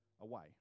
away